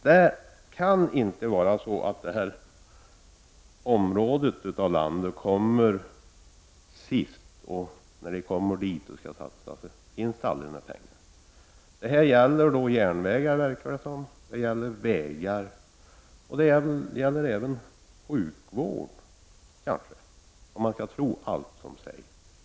Det får inte vara så att detta område alltid kommer sist när det gäller att satsa pengar på saker och ting. Det gäller bl.a. järnvägar, vägar och även sjukvård — om man nu skall tro allt som sägs.